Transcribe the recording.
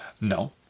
No